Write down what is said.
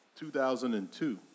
2002